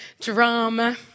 drama